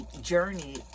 journey